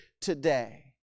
today